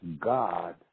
God